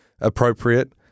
appropriate